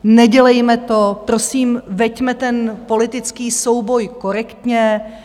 Nedělejme to prosím, veďme ten politický souboj korektně.